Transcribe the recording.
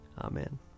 Amen